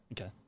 Okay